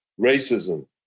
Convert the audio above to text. racism